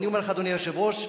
אדוני היושב-ראש,